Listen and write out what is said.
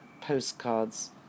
postcards